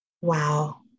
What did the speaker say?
Wow